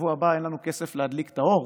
בשבוע הבא אין לנו כסף להדליק את האור